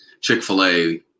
Chick-fil-A